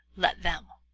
let them.